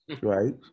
right